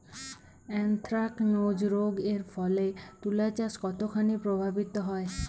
Anthracnose রোগ এর ফলে তুলাচাষ কতখানি প্রভাবিত হয়?